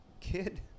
Kid